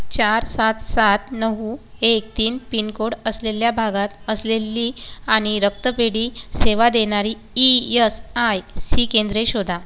चार सात सात नऊ एक तीन पिनकोड असलेल्या भागात असलेली आणि रक्तपेढी सेवा देणारी ई एस आय सी केंद्रे शोधा